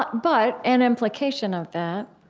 but but an implication of that